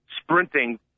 sprinting